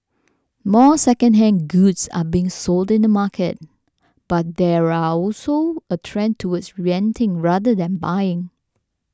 more secondhand goods are being sold in the market but there are also a trend towards renting rather than buying